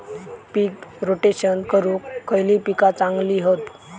पीक rotation करूक खयली पीका चांगली हत?